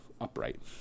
upright